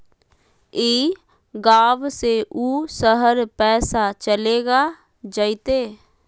ई गांव से ऊ शहर पैसा चलेगा जयते?